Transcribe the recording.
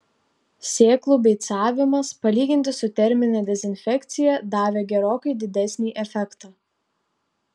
sėklų beicavimas palyginti su termine dezinfekcija davė gerokai didesnį efektą